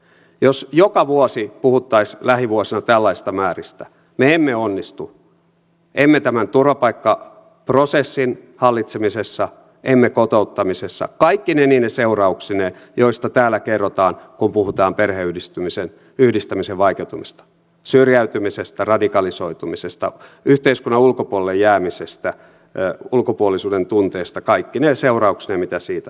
jos joka vuosi puhuttaisiin lähivuosina tällaisista määristä me emme onnistu emme tämän turvapaikkaprosessin hallitsemisessa emme kotouttamisessa kaikkine niine seurauksineen joista täällä kerrotaan kun puhutaan perheenyhdistämisen vaikeutumisesta syrjäytymisestä radikalisoitumisesta yhteiskunnan ulkopuolelle jäämisestä ulkopuolisuuden tunteesta kaikkine seurauksineen mitä siitä seuraa